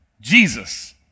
Jesus